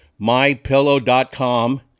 MyPillow.com